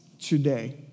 today